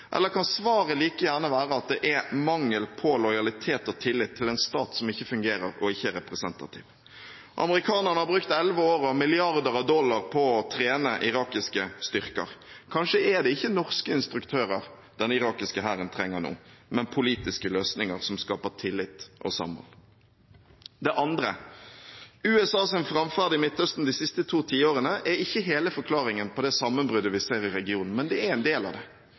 eller kan svaret like gjerne være at det er mangel på lojalitet og tillit til en stat som ikke fungerer, og ikke er representativ? Amerikanerne har brukt elleve år og milliarder av dollar på å trene irakiske styrker. Kanskje er det ikke norske instruktører den irakiske hæren trenger nå, men politiske løsninger som skaper tillit og samhold. Det andre: USAs framferd i Midtøsten de siste to tiårene er ikke hele forklaringen på det sammenbruddet vi ser i regionen, men det er en del av det.